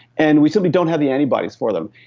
and we simply don't have the antibodies for them.